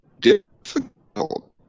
difficult